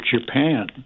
Japan